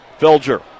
Felger